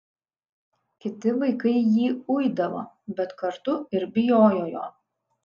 kiti vaikai jį uidavo bet kartu ir bijojo jo